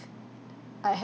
I